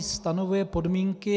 Stanovuje podmínky.